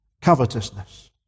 covetousness